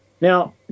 Now